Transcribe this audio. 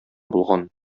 булган